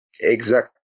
exact